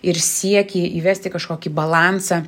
ir siekį įvesti kažkokį balansą